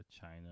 china